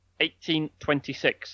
1826